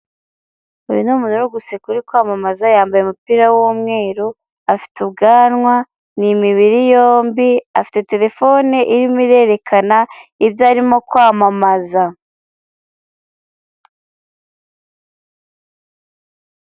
Uyu ni muntu uri guseka ukuri kwamamaza yambaye umupira w'umweru, afite ubwanwa ni imibiri yombi, afite telefone irimo irerekana ibyo arimo kwamamaza.